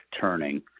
Turning